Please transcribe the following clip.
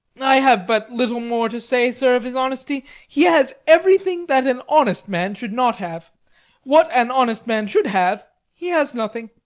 i have but little more to say, sir, of his honesty. he has everything that an honest man should not have what an honest man should have he has nothing.